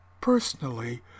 personally